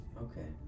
Okay